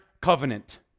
covenant